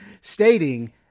stating